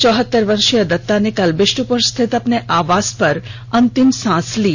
चौहतर वर्षीय दत्ता ने कल विष्टुपुर स्थित अपने आवास पर अंतिम सांस ली